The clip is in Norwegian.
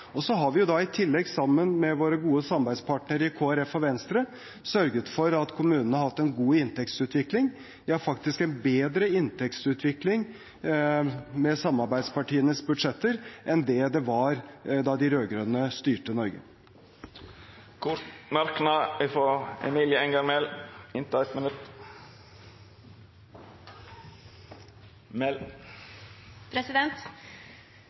og så har vi i tillegg sammen med våre gode samarbeidspartnere i Kristelig Folkeparti og Venstre sørget for at kommunene har hatt en god inntektsutvikling – ja, faktisk en bedre inntektsutvikling med samarbeidspartienes budsjetter enn det var da de rød-grønne styrte Norge. Representanten Emilie Enger Mehl